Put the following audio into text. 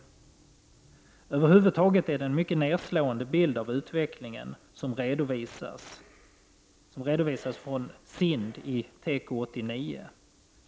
Det är över huvud taget en mycket nedslående bild av utvecklingen som redovisas från SIND i Teko 89.